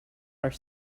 are